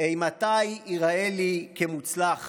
אימתי ייראה לי כמוצלח